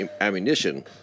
ammunition